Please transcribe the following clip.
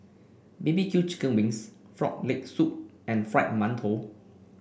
B B Q Chicken Wings Frog Leg Soup and Fried Mantou